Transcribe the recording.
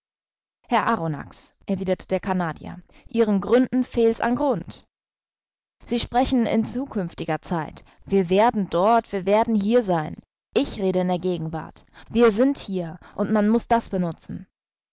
herr arronax erwiderte der canadier ihren gründen fehlt's am grund sie sprechen in zukünftiger zeit wir werden dort wir werden hier sein ich rede in der gegenwart wir sind hier und man muß das benutzen